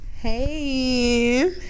Hey